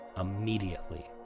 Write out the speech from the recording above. immediately